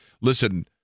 Listen